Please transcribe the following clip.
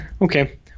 Okay